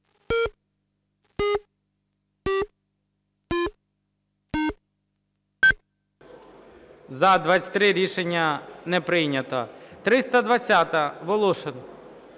За-23 Рішення не прийнято. 320-а, Волошин.